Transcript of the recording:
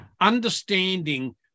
understanding